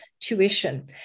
tuition